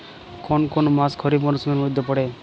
কোন কোন মাস খরিফ মরসুমের মধ্যে পড়ে?